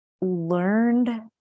learned